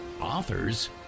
authors